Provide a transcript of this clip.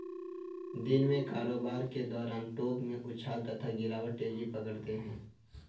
दिन में कारोबार के दौरान टोंक में उछाल तथा गिरावट तेजी पकड़ते हैं